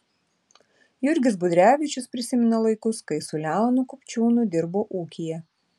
jurgis budrevičius prisimena laikus kai su leonu kupčiūnu dirbo ūkyje